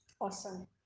awesome